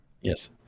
Yes